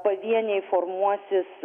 pavieniai formuosis